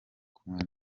kumwe